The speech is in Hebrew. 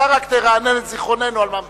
אתה רק תרענן את זיכרוננו על מה מדובר.